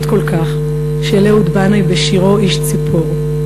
כל כך של אהוד בנאי בשירו "איש ציפור".